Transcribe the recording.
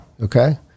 Okay